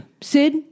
Sid